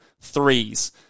threes